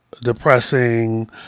depressing